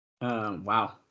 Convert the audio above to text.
Wow